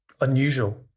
unusual